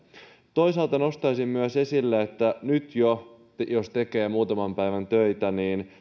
toisaalta nostaisin esille myös että jo nyt jos tekee muutaman päivän töitä